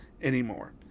anymore